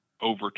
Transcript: over